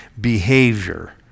behavior